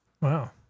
Wow